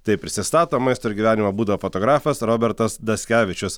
taip prisistato maisto ir gyvenimo būdo fotografas robertas daskevičius